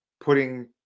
putting